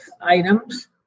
items